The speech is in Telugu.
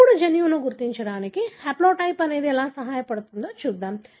ఇప్పుడు జన్యువును గుర్తించడానికి హాప్లోటైప్ ఎలా సహాయపడుతుందో చూద్దాం